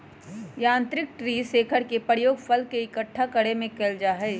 यांत्रिक tree shaker के प्रयोग फल के इक्कठा करे में कइल जाहई